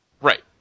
Right